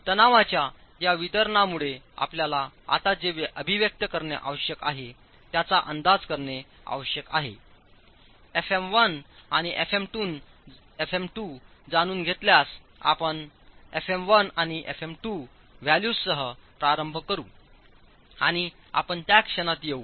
तर तणावांच्या या वितरणामुळे आपल्याला आता जे अभिव्यक्त करणे आवश्यक आहे त्याचा अंदाज करणे आवश्यक आहे fm1 आणि fm2जाणूनघेतल्यास आपण fm1 आणि fm2 व्हॅल्यूजसह प्रारंभ करू आणि आपण त्याक्षणात येऊ